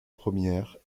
premières